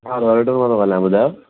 हा royal hotel मां थो ॻाल्हायां ॿुधायो